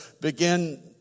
begin